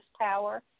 power